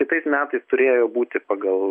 kitais metais turėjo būti pagal